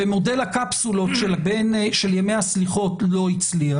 ומודל הקפסולות של ימי הסליחות לא הצליח